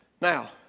Now